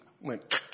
went